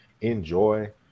enjoy